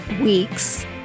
week's